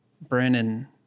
Brandon